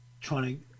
trying